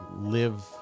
live